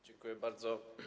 Dziękuję bardzo.